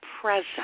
present